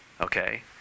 Okay